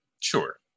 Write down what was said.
Sure